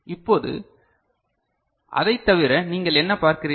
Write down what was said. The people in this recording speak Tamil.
இப்போது அதைத் தவிர நீங்கள் என்ன பார்க்கிறீர்கள்